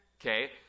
Okay